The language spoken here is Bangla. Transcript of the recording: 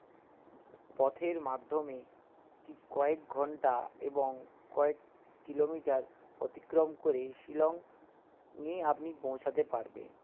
পথের মাধ্যমে ঠিক কয়েক ঘন্টা এবং কয়েক কিলোমিটার অতিক্রম করে শিলং নিয়ে আপনি পৌঁছাতে পারবেন